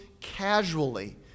casually